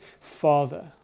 father